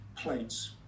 plates